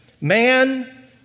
Man